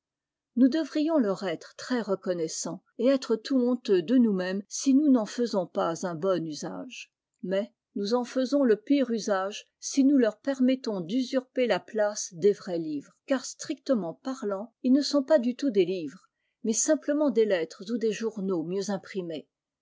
nous devrions leur être très reconnaissants et être tout honteux de nous-même si nous n'en faisons pas un bon usage mais nous en faisons le pire usage si nous leur permettons d'usurper la place des vrais livres car strictement parlant ils ne sont pas du tout des livres mais simplement des lettres ou des journaux mieux imprimés